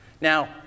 Now